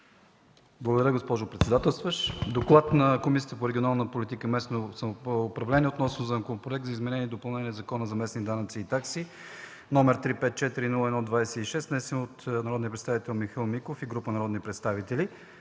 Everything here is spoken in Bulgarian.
Благодаря, госпожо председателстващ. „ДОКЛАД на Комисията по регионална политика и местно самоуправление относно Законопроект за изменение и допълнение на Закона за местните данъци и такси, № 354-01-26, внесен от народния представител Михаил Миков и група народни представители.